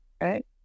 right